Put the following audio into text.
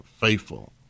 faithful